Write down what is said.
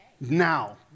Now